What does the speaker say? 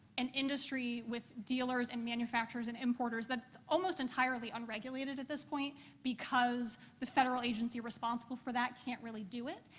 an industry with dealers and manufacturers and importers that it's almost entirely unregulated at this point because the federal agency responsible for that can't really do it.